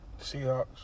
Seahawks